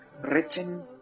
written